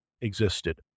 existed